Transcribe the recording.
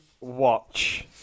watch